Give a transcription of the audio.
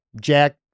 Jack